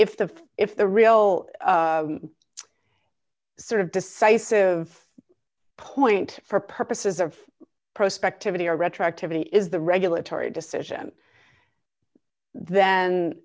if the if the real sort of decisive point for purposes of prospectivity or retroactively is the regulatory decision then